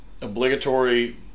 obligatory